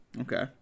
okay